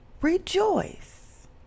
rejoice